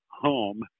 home